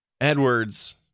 Edwards